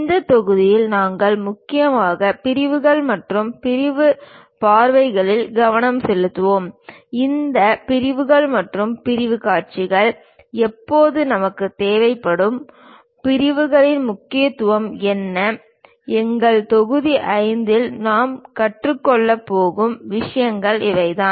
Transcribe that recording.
இந்த தொகுதியில் நாங்கள் முக்கியமாக பிரிவுகள் மற்றும் பிரிவு பார்வைகளில் கவனம் செலுத்துவோம் இந்த பிரிவுகள் மற்றும் பிரிவுக் காட்சிகள் எப்போது நமக்குத் தேவைப்படும் பிரிவுகளின் முக்கியத்துவம் என்ன எங்கள் தொகுதி எண் 5 இல் நாம் கற்றுக்கொள்ளப் போகும் விஷயங்கள் இவைதான்